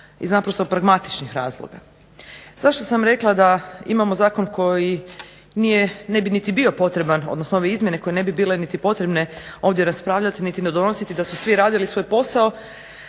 iz naprosto pragmatičnih razloga. Zašto sam rekla da imamo Zakon koji nije, ne bi niti bio potreban, odnosno ove izmjene koje ne bi bile niti potrebne ovdje raspravljati niti donositi da su svi radili svoj posao,